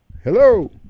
Hello